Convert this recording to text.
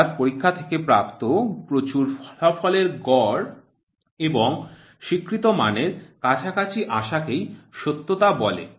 অর্থাৎ পরীক্ষা থেকে প্রাপ্ত প্রচুর ফলাফলের গড় এবং স্বীকৃত মানের কাছাকাছি আসাকেই সত্যতা বলে